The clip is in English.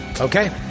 Okay